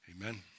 Amen